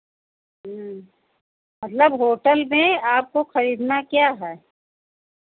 ह्म्म मतलब होटल में आपको खरीदना क्या है